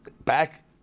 back